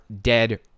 dead